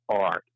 art